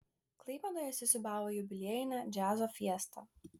klaipėdoje įsisiūbavo jubiliejinė džiazo fiesta